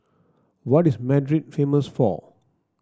what is Madrid famous for